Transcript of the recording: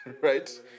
right